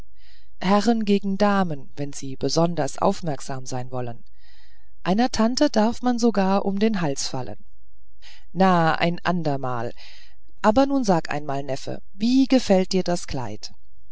herren gegen damen wenn sie besonders aufmerksam sein wollen einer tante darf man sogar um den hals fallen na ein andermal aber nun sag einmal neffe wie gefällt dir das kind